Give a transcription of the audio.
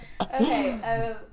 Okay